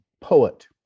poet